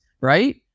right